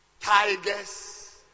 tigers